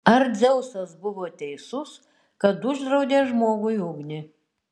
ar dzeusas buvo teisus kad uždraudė žmogui ugnį